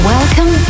Welcome